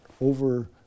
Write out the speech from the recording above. over